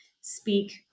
speak